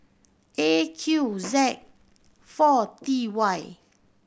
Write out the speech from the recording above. A Q Z four T Y